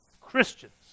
christians